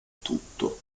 tutto